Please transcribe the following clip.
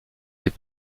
des